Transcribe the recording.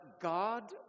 God